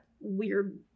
weird